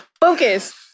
Focus